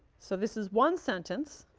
so this is one sentence,